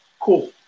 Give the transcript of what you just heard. Cool